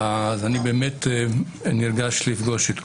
אני באמת נרגש לפגוש את כולם.